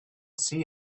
see